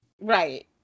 Right